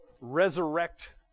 resurrect